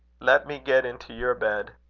let me get into your bed.